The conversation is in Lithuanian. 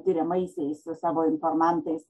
tiriamaisiais su savo informantais